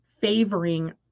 favoring